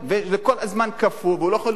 וכל הזמן הוא קפוא והוא לא יכול לישון